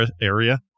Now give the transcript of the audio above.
area